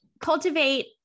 cultivate